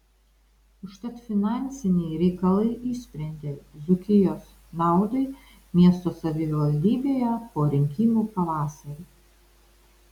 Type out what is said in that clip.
užtat finansiniai reikalai išsprendė dzūkijos naudai miesto savivaldybėje po rinkimų pavasarį